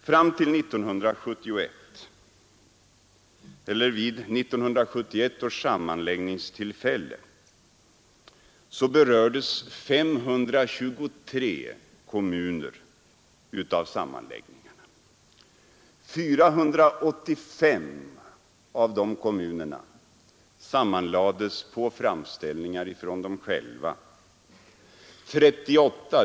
Vid 1971 års sammanläggningstillfälle berördes 523 kommuner av sammanläggningarna. 485 av de kommunerna sammanlades på framställningar av dem själva.